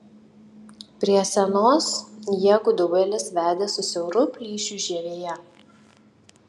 prie senos jie gudobelės vedė su siauru plyšiu žievėje